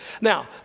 Now